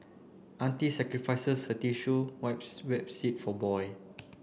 auntie sacrifices her tissue wipes wet seat for boy